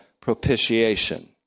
propitiation